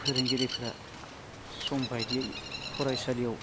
फोरोंगिरिफोरा सम बायदियै फरायसालियाव